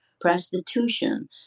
prostitution